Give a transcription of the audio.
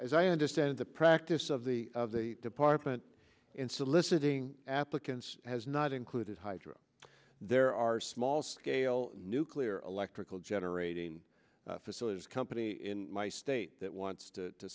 as i understand the practice of the department in soliciting applicants has not included hydro there are small scale nuclear electrical generating facilities company in my state that wants to